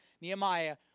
Nehemiah